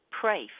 pray